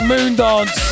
Moondance